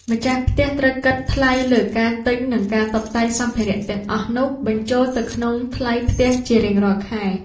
ម្ចាស់ផ្ទះត្រូវគិតថ្លៃលើការទិញនិងការតុបតែងសម្ភារៈទាំងអស់នោះបញ្ចូលទៅក្នុងថ្លៃផ្ទះជារៀងរាល់ខែ។